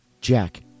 Jack